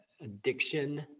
addiction